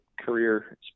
career